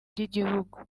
by’igihugu